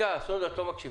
עשינו.